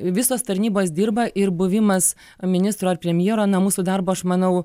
visos tarnybos dirba ir buvimas ministro ar premjero na mūsų darbo aš manau